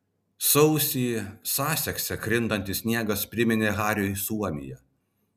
sausį sasekse krintantis sniegas priminė hariui suomiją